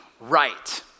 right